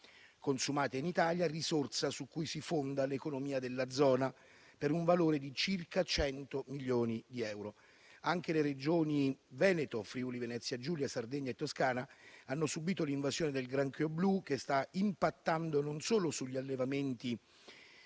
consumate in Italia, risorsa su cui si fonda l'economia della zona, per un valore di circa 100 milioni di euro. Anche le Regioni Veneto, Friuli-Venezia Giulia, Sardegna e Toscana hanno subito l'invasione del granchio blu, che sta impattando non solo sugli allevamenti,